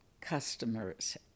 customers